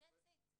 that’s it,